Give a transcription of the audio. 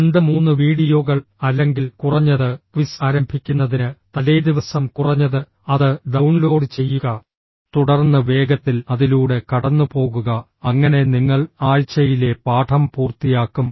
2 3 വീഡിയോകൾ അല്ലെങ്കിൽ കുറഞ്ഞത് ക്വിസ് ആരംഭിക്കുന്നതിന് തലേദിവസം കുറഞ്ഞത് അത് ഡൌൺലോഡ് ചെയ്യുക തുടർന്ന് വേഗത്തിൽ അതിലൂടെ കടന്നുപോകുക അങ്ങനെ നിങ്ങൾ ആഴ്ചയിലെ പാഠം പൂർത്തിയാക്കും